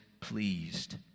pleased